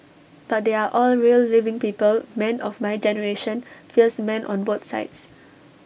but they are all real living people men of my generation fierce men on both sides